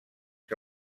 que